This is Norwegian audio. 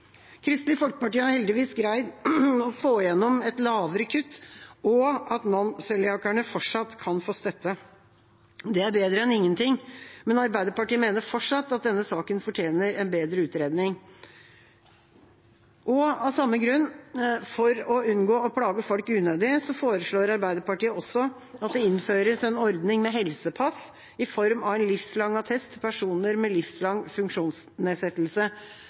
Kristelig Folkeparti har heldigvis greid å få gjennom et lavere kutt og at non-cøliakerne fortsatt kan få støtte. Det er bedre enn ingenting, men Arbeiderpartiet mener fortsatt at denne saken fortjener en bedre utredning. Av samme grunn – for å unngå å plage folk unødig – foreslår Arbeiderpartiet også at det innføres en ordning med helsepass i form av en livslang attest til personer med livslang funksjonsnedsettelse.